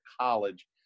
college